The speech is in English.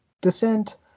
descent